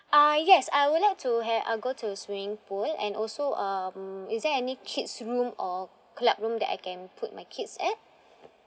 uh yes I would like to ha~ uh go to swimming pool and also um is there any kid's room or club room that I can put my kids at